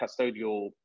custodial